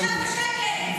שב בשקט.